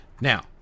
Now